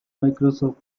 microsoft